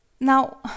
Now